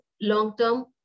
long-term